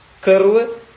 curve yf ആണ്